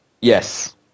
Yes